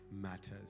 matters